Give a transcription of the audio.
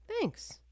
Thanks